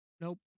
nope